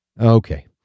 Okay